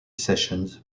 sessions